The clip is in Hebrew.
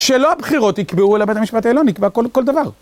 שלא הבחירות יקבעו אלא בית המשפט העליון, יקבע כל דבר.